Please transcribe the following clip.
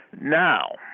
Now